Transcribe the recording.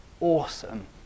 awesome